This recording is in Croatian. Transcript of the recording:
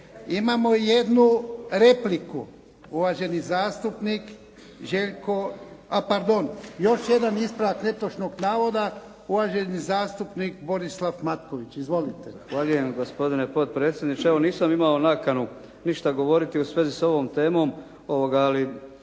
Imamo jednu repliku, uvaženi zastupnik Željko. A pardon, još jedan ispravak netočnog navoda uvaženi zastupnik Borislav Matković. Izvolite. **Matković, Borislav (HDZ)** Zahvaljujem gospodine potpredsjedniče. Evo, nisam imao nakanu ništa govoriti u svezi s ovom temom, jer